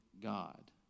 God